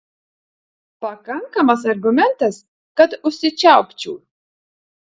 pakankamas argumentas kad užsičiaupčiau